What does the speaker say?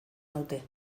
naute